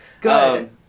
good